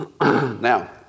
Now